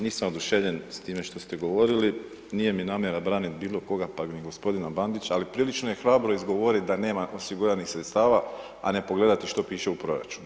Nisam oduševljen s time što ste govorili, nije mi namjera braniti bilo koga, pa ni gospodina Bandića, ali prilično je hrabro izgovoriti da nema osiguranih sredstava, a ne pogledati što piše u proračunu.